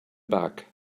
back